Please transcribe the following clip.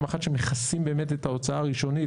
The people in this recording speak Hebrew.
אחת כשמכסים באמת את ההוצאה הראשונית,